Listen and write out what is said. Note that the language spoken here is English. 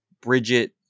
Bridget